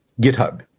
GitHub